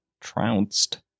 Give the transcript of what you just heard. trounced